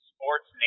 Sports